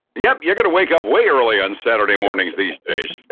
yeah you're going to wake up way early on saturday mornings these days.